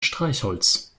streichholz